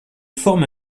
forme